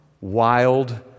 wild